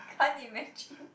can't imagine